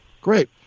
Great